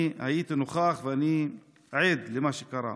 אני הייתי נוכח ואני עד למה שקרה.